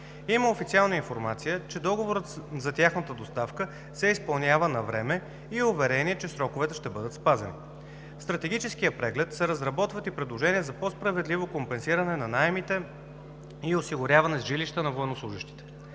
Има официална информация, че договорът за тяхната доставка се изпълнява навреме и уверение, че сроковете ще бъдат спазени. В Стратегическия преглед се разработват и предложения за по-справедливо компенсиране на наемите и осигуряване с жилища на военнослужещите.